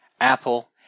Apple